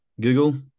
Google